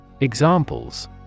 Examples